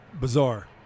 Bizarre